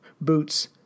boots